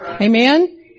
Amen